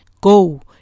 Go